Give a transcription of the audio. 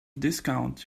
discount